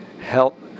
help